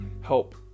help